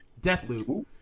Deathloop